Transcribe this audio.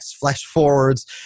flash-forwards